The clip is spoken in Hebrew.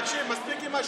תקשיב, מספיק עם ההשמצות.